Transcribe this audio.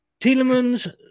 Telemans